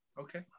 okay